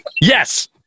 Yes